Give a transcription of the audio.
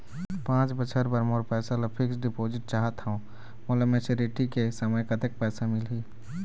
पांच बछर बर मोर पैसा ला फिक्स डिपोजिट चाहत हंव, मोला मैच्योरिटी के समय कतेक पैसा मिल ही?